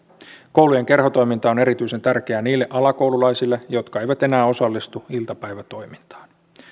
koulujen kerhotoiminta on erityisen tärkeää niille alakoululaisille jotka eivät enää osallistu iltapäivätoimintaan